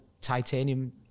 titanium